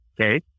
Okay